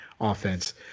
offense